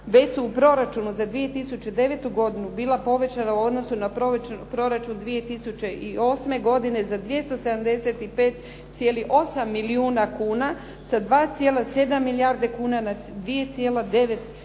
su u Proračunu za 2009. godinu bila povećana u odnosu na proračun 2008. godine za 275,8 milijuna kuna, sa 2,7 milijarde kuna na 2,9 milijarde